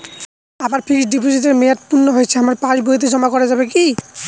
আমার ফিক্সট ডিপোজিটের মেয়াদ পূর্ণ হয়েছে আমার পাস বইতে জমা করা যাবে কি?